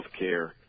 healthcare